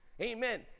amen